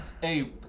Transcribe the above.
hey